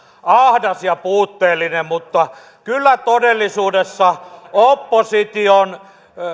ahdas ja puutteellinen mutta kyllä todellisuudessa opposition